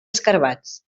escarabats